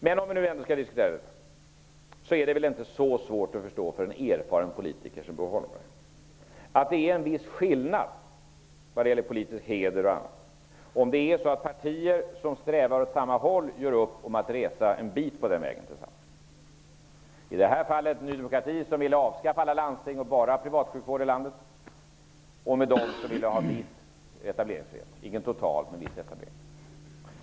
Men om vi nu ändå skall diskutera detta vill jag säga att det väl inte är så svårt för en erfaren politiker som Bo Holmberg att förstå att det är en viss skillnad vad gäller politisk heder och annat om partier som strävar åt samma håll gör upp om att resa en bit på vägen tillsammans. I det här fallet gäller det Ny demokrati, som vill avskaffa alla landsting och bara ha privatsjukvård i landet, som gör upp med dem som vill ha en viss -- inte total -- etableringsfrihet.